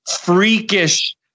freakish